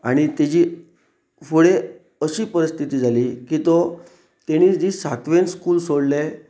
आनी तेजी फुडें अशी परिस्थिती जाली की तो तेणी जी सातवेन स्कूल सोडले